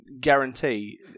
guarantee